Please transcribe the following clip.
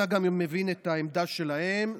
אתה גם מבין את העמדה שלהם.